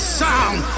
sound